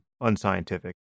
unscientific